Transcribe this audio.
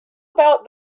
about